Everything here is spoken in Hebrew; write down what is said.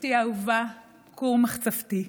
משפחתי האהובה, כור מחצבתי,